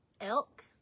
elk